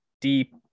deep